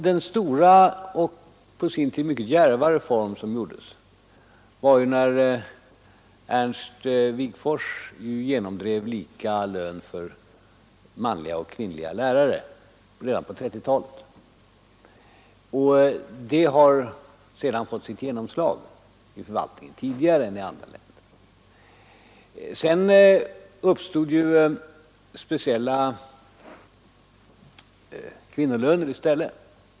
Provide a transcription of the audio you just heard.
Den stora och på sin tid mycket djärva reform som genomfördes på likalönsområdet var när Ernst Wigforss redan på 1930-talet genomdrev lika lön för manliga och kvinnliga lärare. Den principen har sedan fått sitt genomslag i förvaltningen här i landet tidigare än i andra länder. Sedan uppstod i stället speciella kvinnolöner.